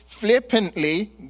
Flippantly